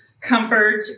comfort